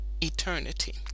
eternity